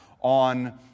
on